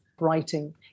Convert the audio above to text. writing